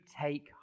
take